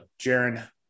Jaron